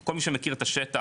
כל מי שמכיר את השטח,